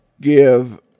give